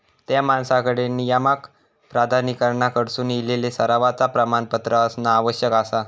त्या माणसाकडे नियामक प्राधिकरणाकडसून इलेला सरावाचा प्रमाणपत्र असणा आवश्यक आसा